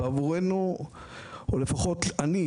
בעבורנו או לפחות אני,